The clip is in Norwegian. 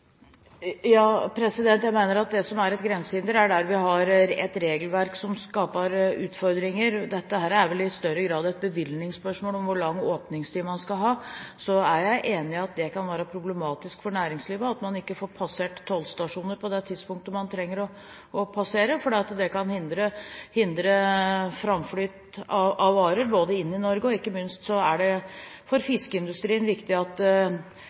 Jeg mener at det som er et grensehinder, er der hvor vi har et regelverk som skaper utfordringer. Spørsmålet om hvor lang åpningstid man skal ha, er vel i større grad et bevilgningsspørsmål. Så er jeg enig i at det kan være problematisk for næringslivet at man ikke får passert tollstasjoner på det tidspunktet man trenger å passere, for det kan hindre framflyt av varer inn i Norge. Ikke minst er det viktig for fiskeindustrien at fersk fisk kommer på markedet så raskt som mulig. Så jeg forstår at